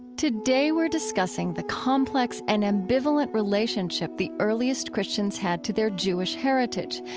today we're discusing the complex and ambivalent relationship the earliest christians had to their jewish heritage,